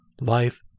Life